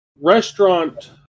restaurant